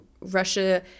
Russia